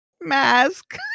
mask